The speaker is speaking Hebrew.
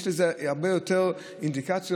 יש לזה הרבה יותר אינדיקציות,